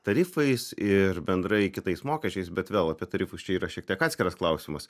tarifais ir bendrai kitais mokesčiais bet vėl apie tarifus čia yra šiek tiek atskiras klausimas